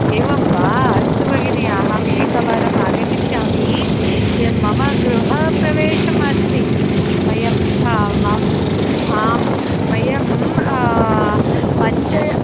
एवं वा अस्तु भगिनि अहम् एकवारम् आगमिष्यामि एवं मम गृहप्रवेशम् अस्ति म्य मम आम् म्य पञ्च